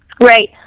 Right